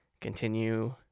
continue